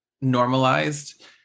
normalized